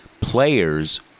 players